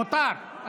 מותר.